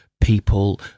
people